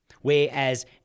Whereas